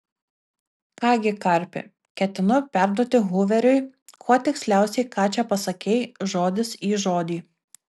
ką gi karpi ketinu perduoti huveriui kuo tiksliausiai ką čia pasakei žodis į žodį